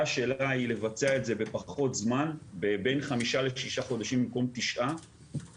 שלה היא לבצע את זה בפחות זמן של 5-6 חודשים במקום תשעה חודשים.